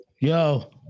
Yo